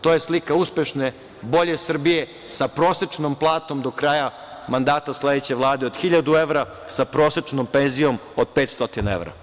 To je slika uspešne, bolje Srbije, sa prosečnom platom do kraja mandata sledeće Vlade od 1.000 evra, sa prosečnom penzijom od 500 evra.